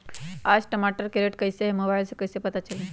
आज टमाटर के रेट कईसे हैं मोबाईल से कईसे पता चली?